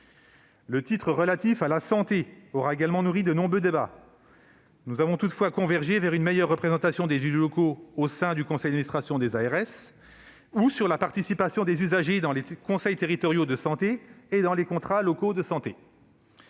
Le titre relatif à la santé aura également nourri nos nombreux débats. Nous avons toutefois convergé sur une meilleure représentation des élus locaux au sein du conseil d'administration des ARS ou sur la participation des usagers dans les conseils territoriaux de santé et dans les contrats locaux de santé.